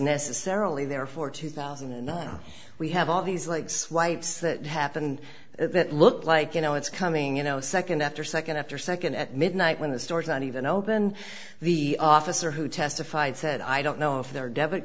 necessarily there for two thousand and we have all these like swipes that happened that looked like you know it's coming in second after second after second at midnight when the store is not even open the officer who testified said i don't know if their debit